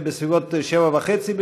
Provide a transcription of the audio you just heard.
בסביבות 19:30,